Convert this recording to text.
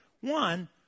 One